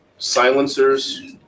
Silencers